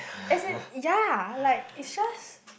as in ya like it's just